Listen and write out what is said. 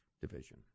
division